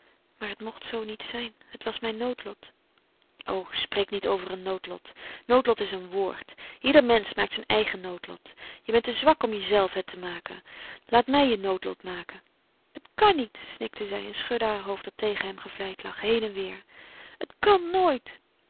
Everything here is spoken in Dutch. maar het mocht zoo niet zijn het was mijn noodlot o spreek niet over een noodlot noodlot is een woord ieder mensch maakt zijn eigen noodlot je bent te zwak om jezelve het te maken laat mij je noodlot maken het kan niet snikte zij en schudde heur hoofd dat tegen hem gevlijd lag heen en weêr het kan nooit